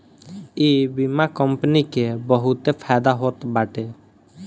इ बीमा कंपनी के बहुते फायदा होत बाटे